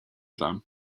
them